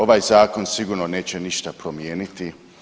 Ovaj zakon sigurno neće ništa promijeniti.